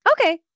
Okay